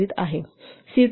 'C' २